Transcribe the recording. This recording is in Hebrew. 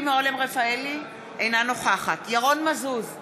אינה נוכחת ירון מזוז,